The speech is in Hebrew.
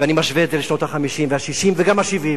ואני משווה את זה לשנות ה-50 וה-60 וגם ה-70,